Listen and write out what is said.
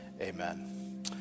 Amen